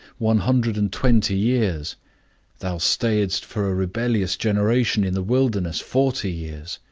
one hundred and twenty years thou stayedst for a rebellious generation in the wilderness forty years,